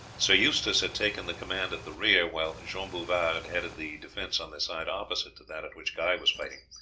sir eustace had taken the command at the rear, while jean bouvard headed the defence on the side opposite to that at which guy was fighting.